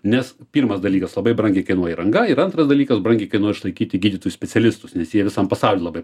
nes pirmas dalykas labai brangiai kainuoja įranga ir antras dalykas brangiai kainuoja išlaikyti gydytojus specialistus nes jie visam pasauly labai